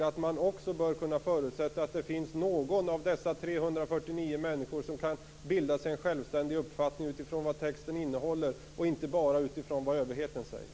Man bör även kunna förutsätta att någon av dessa 349 människor kan bilda sig en självständig uppfattning utifrån vad texten innehåller och inte bara utifrån vad överheten säger.